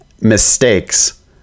mistakes